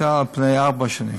בפריסה על פני ארבע שנים.